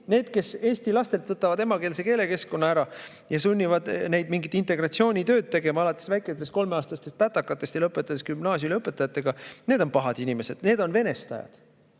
need, kes eesti lastelt võtavad emakeelse keelekeskkonna ära ja sunnivad neid mingit integratsioonitööd tegema alates väikestest kolmeaastastest pätakatest ja lõpetades gümnaasiumilõpetajatega, on pahad inimesed. Need on venestajad.